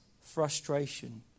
frustration